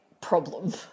problem